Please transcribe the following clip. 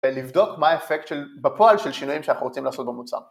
ולבדוק מה האפקט בפועל של שינויים שאנחנו רוצים לעשות במוצר